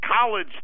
college